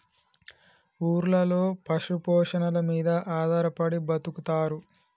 ఊర్లలో పశు పోషణల మీద ఆధారపడి బతుకుతారు